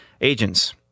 agents